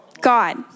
God